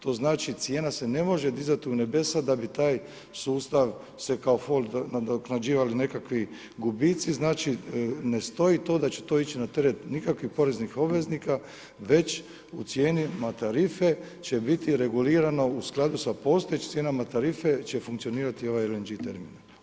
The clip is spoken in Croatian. To znači cijena se ne može dizati u nebesa da bi taj sustav se kao fol nadoknađivali nekakvi gubici, znači ne stoji to da će to ići na teret nikakvih poreznih obveznika jer u cijenama tarife će biti regulirano u skladu sa postojećim cijenama tarife će funkcionirati ovaj LNG terminal.